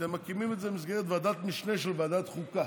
שאתם מקימים את זה במסגרת ועדת משנה של ועדת חוקה.